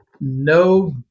no